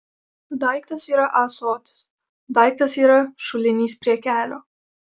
daiktas yra ąsotis daiktas yra šulinys prie kelio